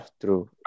true